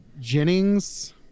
jennings